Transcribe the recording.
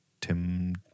Tim